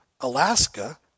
Alaska